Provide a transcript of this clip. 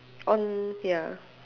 on ya